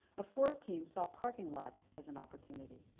a fourth team saw parking lots as an opportunity.